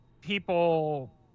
people